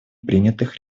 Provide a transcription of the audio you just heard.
принятых